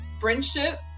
friendship